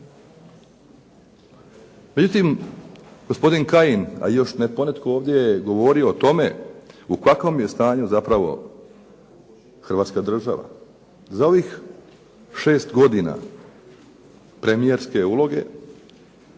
Međutim gospodin Kajin a još je ponetko govorio o tome u kakvom je stanju zapravo Hrvatska država. Za ovih 6 godina premijerske uloge